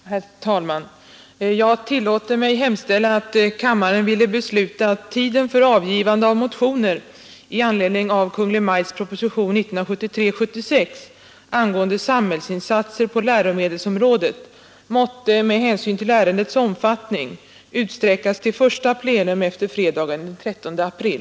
Herr talman! Jag tillåter mig hemställa att kammaren ville besluta att tiden för avgivande av motioner i anledning av Kungl. Maj:ts proposition 76 angående samhällsinsatser på läromedelsområdet måtte med hänsyn till ärendets omfattning utsträckas till första plenum efter fredagen den 13 april.